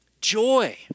joy